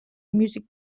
music